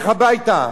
לך הביתה".